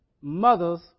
mothers